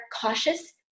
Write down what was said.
cautious